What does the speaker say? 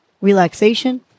relaxation